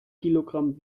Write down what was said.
kilogramm